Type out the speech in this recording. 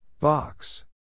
Box